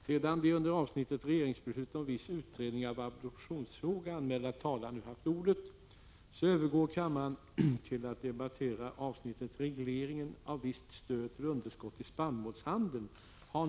Sedan de under avsnittet Regeringsbeslut om viss utredning av adoptionsfråga anmälda talarna nu haft ordet övergår kammaren till att debattera avsnittet Regleringen av visst stöd till underskott i spannmålshandeln.